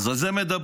אז על זה מדברים.